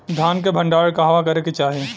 धान के भण्डारण कहवा करे के चाही?